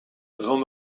vents